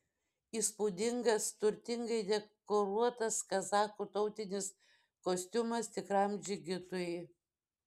įspūdingas turtingai dekoruotas kazachų tautinis kostiumas tikram džigitui